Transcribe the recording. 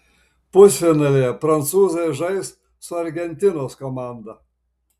pusfinalyje prancūzai žais su argentinos komanda